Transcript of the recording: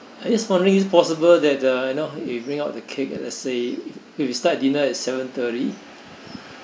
I just wondering is it possible that uh you know you bring out the cake at let's say if you start dinner at seven thirty